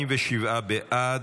47 בעד,